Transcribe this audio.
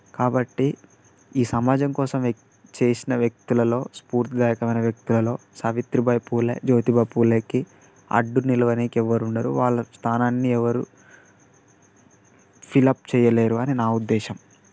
కాబట్టి ఈ సమాజం కోసం చేసిన వ్యక్తులలో స్ఫూర్తిదాయకమైన వ్యక్తులలో సావిత్రిబాయి పూలే జ్యోతిబాయ్ పూలేకి అడ్డు నిలవనీకి ఎవరు ఉండరు వాళ్ళ స్థానాన్ని ఎవరు ఫిల్ అప్ చేయలేరు అని నా ఉద్దేశం